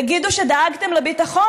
תגידו שדאגתם לביטחון?